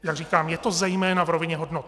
Jak říkám, je to zejména v rovině hodnot.